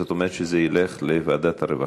זאת אומרת שזה ילך לוועדת הרווחה.